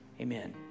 Amen